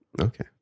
Okay